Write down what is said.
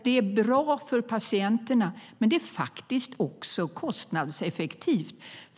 Det är bra för patienterna, men det är faktiskt också kostnadseffektivt.